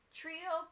trio